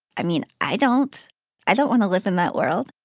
i mean, i don't i don't want to live in that world